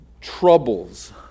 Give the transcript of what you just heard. troubles